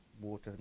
water